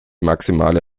maximale